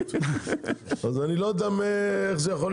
ואם יהיה,